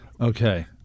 Okay